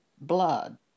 blood